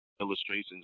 illustrations